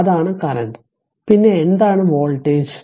അതാണ് കറന്റ് പിന്നെ എന്താണ് വോൾട്ടേജ്